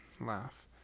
laugh